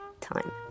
time